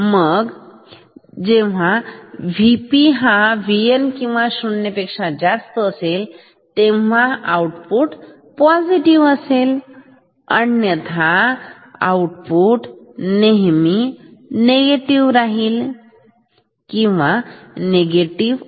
मग जेव्हा Vp हा Vn किंवा शून्य पेक्षा जास्त असतो तेव्हा आउटपुट पॉझिटिव्ह असेल अन्यथा आउटपुट निगेटिव किंवा शून्य असते